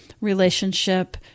relationship